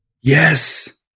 yes